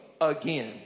again